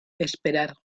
esperar